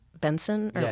Benson